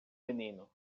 menino